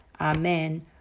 Amen